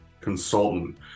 consultant